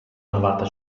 navata